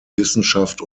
wissenschaft